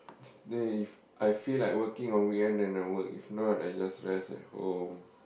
stave I feel like working on weekend then I work if not I just rest at home